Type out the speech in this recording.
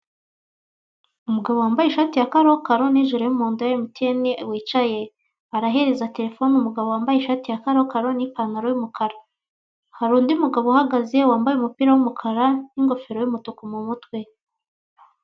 Umugabo wambaye ya karokaro n'ijire y'umuhondo ya emutiyene wicaye, arahereza terefone umugabo wambaye ishati ya karokaro nipantaro y'umukara. Hari undi mugabo uhagaze wambaye umupira w'umukara, n'ingofero y'umutuku mumutwe.